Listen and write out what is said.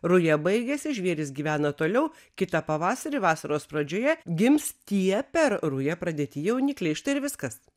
ruja baigiasi žvėrys gyvena toliau kitą pavasarį vasaros pradžioje gims tie per rują pradėti jaunikliai štai ir viskas